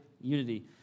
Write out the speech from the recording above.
unity